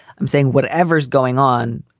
i'm saying whatever's going on.